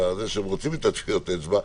שהם רוצים את טביעות האצבע.